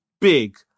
big